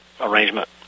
arrangement